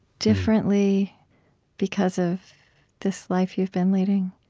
differently because of this life you've been leading?